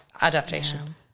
adaptation